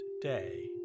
day